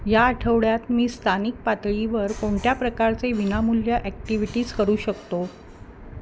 या आठवड्यात मी स्थानिक पातळीवर कोणत्या प्रकारचे विनामूल्य ॲक्टिव्हिटीज करू शकतो